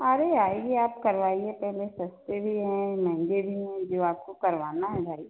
अरे आइए आप करवाइए पहले सस्ते भी हैं महेंगे भी हैं जो आपको करवाना है भाई